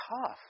tough